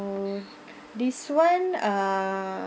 so this one uh